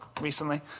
recently